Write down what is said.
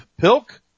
Pilk